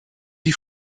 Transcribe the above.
die